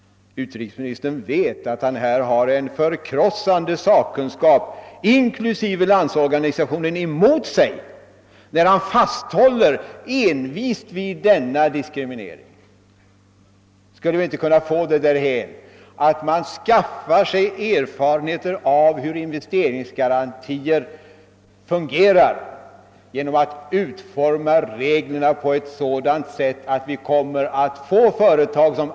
Utrikesministern har en för krossande sakkunskap — inklusive Landsorganisationen — mot sig när han envist fasthåller vid denna diskriminering. Skulle vi inte kunna komma därhän att vi skaffar oss erfarenheter av hur investerinsgarantier fungerar genom att utforma reglerna på ett sådant sätt att företag verkligen utnyttjar dem?